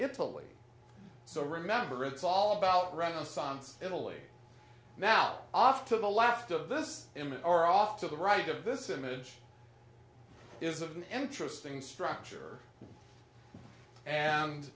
italy so remember it's all about renaissance italy now off to the left of this image or off to the right of this image is an interesting structure and